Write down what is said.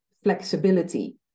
flexibility